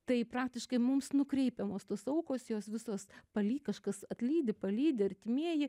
tai praktiškai mums nukreipiamos tos aukos jos visos paly kažkas atlydi palydi artimieji